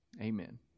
amen